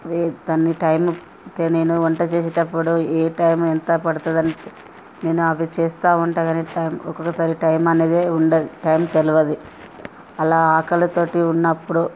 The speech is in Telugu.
ఈ దాన్ని టైంకే నేను వంట చేసేటప్పుడు ఏ టైం ఎంత పడుతుంది అం నేను అవి చేస్తూ ఉంటా కాని టైం ఒకొక్కసారి టైం అనేదే ఉండదు టైం తెలియదు అలా ఆకలితో ఉన్నప్పుడు